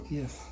yes